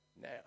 now